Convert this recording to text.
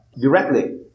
directly